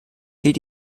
gilt